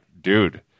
dude